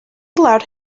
allowed